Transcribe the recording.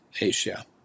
Asia